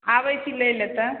आबै छी लैलए तऽ